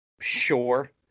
sure